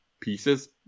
pieces